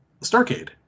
Starcade